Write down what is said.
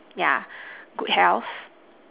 yeah good health